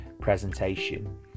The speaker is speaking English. presentation